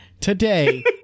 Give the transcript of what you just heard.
Today